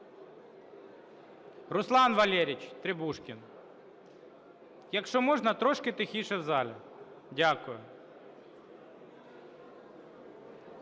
Руслан Валерійович Требушкін! Якщо можна, трошки тихіше в залі. Дякую.